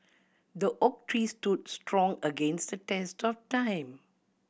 the oak tree stood strong against the test of time